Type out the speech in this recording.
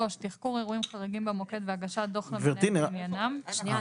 תחקור אירועים חריגים במוקד והגשת דוח למנהל בעניינם," גברתי,